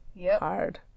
hard